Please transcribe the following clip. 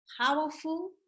Powerful